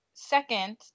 Second